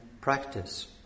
practice